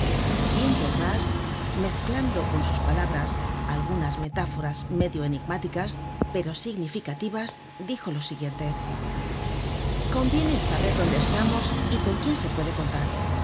y enjolras mezclando con sus palabras algunas metáforas medio enigmáticas pero significativas dijo lo siguiente conviene saber dónde estamos y con quién se puede contar